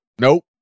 Nope